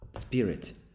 spirit